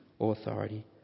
authority